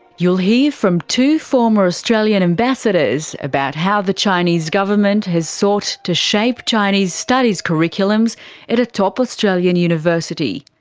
you'll hear from two former australian ambassadors about how the chinese government has sought to shape chinese studies curriculums at a top australian university.